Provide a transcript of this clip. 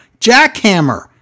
jackhammer